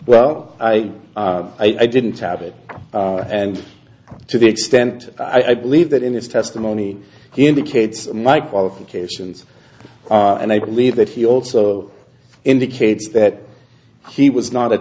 well i i didn't have it and to the extent i believe that in his testimony indicates my qualifications and i believe that he also indicates that he was not a